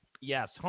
yes